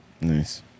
Nice